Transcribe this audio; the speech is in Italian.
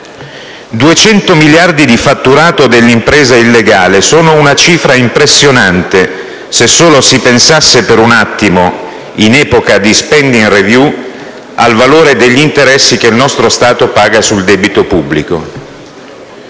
200 miliardi di fatturato dell'impresa illegale sono una cifra impressionante, se solo si pensasse per un attimo, in epoca di *spending review*, al valore degli interessi che il nostro Stato paga sul debito pubblico.